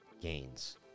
gains